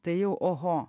tai jau oho